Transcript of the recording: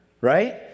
right